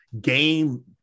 game